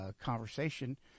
conversation